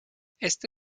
esta